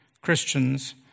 Christians